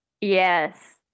Yes